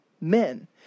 men